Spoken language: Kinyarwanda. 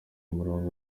murongo